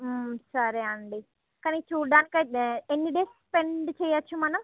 సరే అండి కానీ చూడ్డానికైతే ఎన్ని డేస్ స్పెండ్ చేయొచ్చు మనం